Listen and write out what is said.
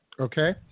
Okay